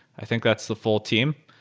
i think that's the full team.